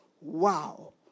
wow